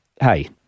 hey